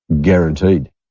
guaranteed